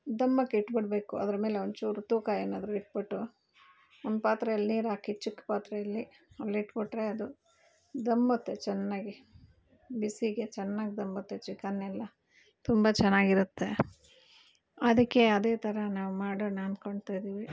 ದಮ್ಮಕ್ಕೆ ಇಟ್ಬಿಡಬೇಕು ಅದ್ರಮೇಲೆ ಒಂಚೂರು ತೂಕ ಏನಾದರು ಇಟ್ಬಿಟ್ಟು ಒಂದು ಪಾತ್ರೆಯಲ್ಲಿ ನೀರಾಕಿ ಚಿಕ್ಕ ಪಾತ್ರೆಯಲ್ಲಿ ಅಲ್ಲಿಟ್ಬಿಟ್ರೆ ಅದು ದಮ್ಮತ್ತೆ ಚೆನ್ನಾಗಿ ಬಿಸಿಗೆ ಚೆನ್ನಾಗಿ ದಮ್ಮತ್ತೆ ಚಿಕನ್ನೆಲ್ಲ ತುಂಬ ಚೆನ್ನಾಗಿರುತ್ತೆ ಅದಕ್ಕೆ ಅದೇ ಥರ ನಾವು ಮಾಡೋಣ ಅಂದ್ಕೊಳ್ತಾಯಿದ್ದೀವಿ